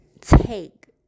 take